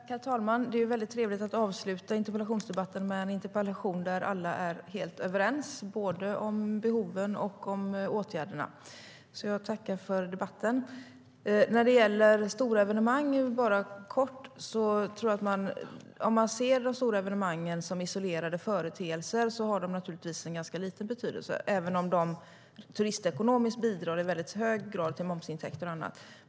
Herr talman! Det är trevligt att avsluta interpellationsdebatten med en interpellation där alla är helt överens om både behoven och åtgärderna. Jag tackar för debatten. Om man ser stora evenemang som isolerade företeelser har de ganska liten betydelse, även om de turistekonomiskt bidrar i hög grad till momsintäkter och annat.